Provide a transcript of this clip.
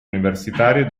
universitario